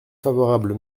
favorable